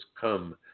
come